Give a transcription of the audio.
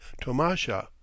Tomasha